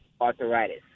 arthritis